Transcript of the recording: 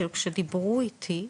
כי כאשר דיברו איתי,